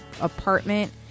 apartment